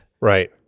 Right